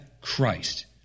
Christ